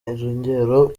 irengero